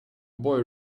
boy